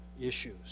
issues